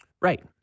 Right